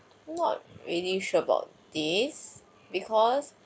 not really sure about this because